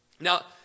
Now